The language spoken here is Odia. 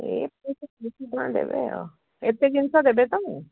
ଏ ପଇସା ତିନିଶହ ଟଙ୍କା ଦେବେ ଆଉ ଏତେ ଜିନିଷ ଦେବେ ତ